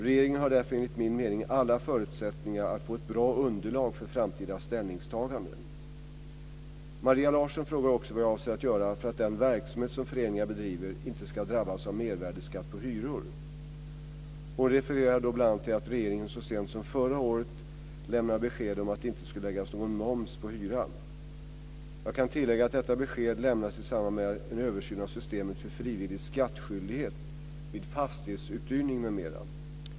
Regeringen har därför enligt min mening alla förutsättningar att få ett bra underlag för framtida ställningstaganden. Maria Larsson frågar också vad jag avser att göra för att den verksamhet som föreningar bedriver inte ska drabbas av mervärdesskatt på hyror. Hon refererar då bl.a. till att regeringen så sent som förra året lämnade besked om att det inte skulle läggas någon moms på hyran. Jag kan tillägga att detta besked lämnades i samband med en översyn av systemet för frivillig skattskyldighet vid fastighetsuthyrning m.m.